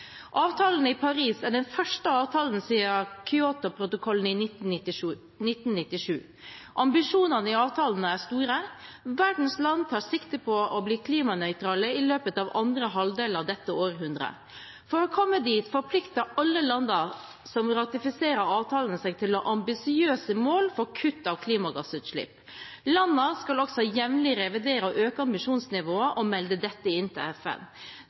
Avtalen i Paris er den første avtalen siden Kyoto-protokollen i 1997. Ambisjonene i avtalen er store: Verdens land tar sikte på å bli klimanøytrale i løpet av andre halvdel av dette århundret. For å komme dit forplikter alle landene som ratifiserer avtalen seg til å ha ambisiøse mål for kutt av klimagassutslipp. Landene skal også jevnlig revidere og øke ambisjonsnivået og melde dette